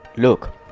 look,